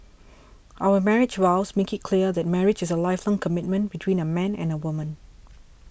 our marriage vows make it clear that marriage is a lifelong commitment between a man and a woman